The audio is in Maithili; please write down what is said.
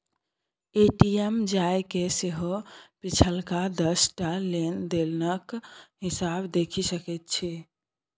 ए.टी.एम जाकए सेहो पिछलका दस टा लेन देनक हिसाब देखि सकैत छी